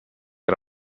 era